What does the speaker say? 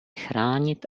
chránit